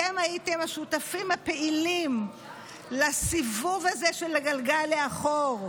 הייתם השותפים הפעילים לסיבוב הזה של הגלגל לאחור,